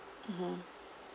mmhmm